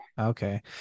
Okay